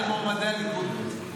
אתה דואג למועמדי הליכוד.